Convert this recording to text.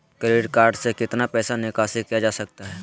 Credit card से कितना पैसा निकासी किया जा सकता है?